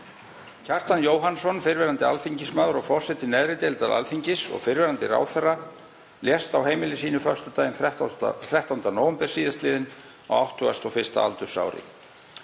Kjartan Jóhannsson, fyrrverandi alþingismaður og forseti neðri deildar Alþingis og fyrrverandi ráðherra, lést á heimili sínu föstudaginn 13. nóvember sl. á 81. aldursári.